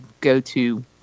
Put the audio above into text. go-to